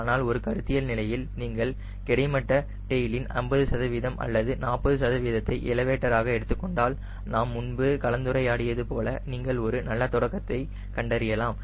ஆனால் ஒரு கருத்தியல் நிலையில் நீங்கள் கிடைமட்ட டெயிலின் 50 அல்லது 40 சதவீதத்தை எலவேட்டராக எடுத்துக் கொண்டால் நாம் முன்பு கலந்துரையாடியதுபோல நீங்கள் ஒரு நல்ல தொடக்கத்தை கண்டறியலாம்